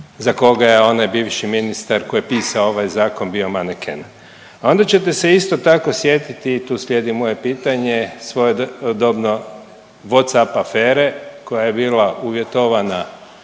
za koga je onaj bivši ministar koji je pisao ovaj zakon bio maneken. A onda ćete se isto tako sjetiti i tu slijedi moje pitanje svojedobno Whatsapp afere koja je bila uvjetovana